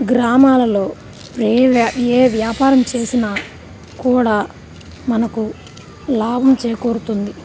గ్రామాలలో ఏ ఏ వ్యాపారం చేసిన కూడా మనకు లాభం చేకూరుతుంది